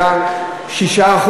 היה 6%,